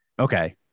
Okay